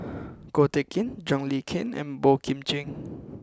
Ko Teck Kin John Le Cain and Boey Kim Cheng